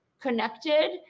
connected